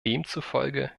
demzufolge